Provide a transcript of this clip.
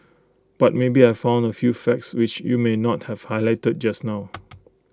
but maybe I found A few facts which you may not have highlighted just now